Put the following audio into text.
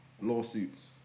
lawsuits